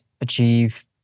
achieve